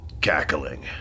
cackling